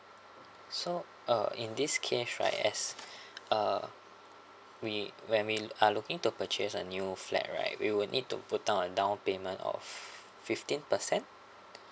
so uh in this case right as uh we when we are looking to purchase a new flat right we will need to put down a down payment of fifteen percent